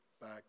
back